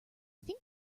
think